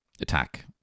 attack